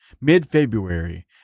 mid-February